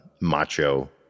macho